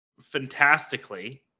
fantastically